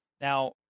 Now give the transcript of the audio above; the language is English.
Now